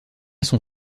son